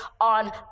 on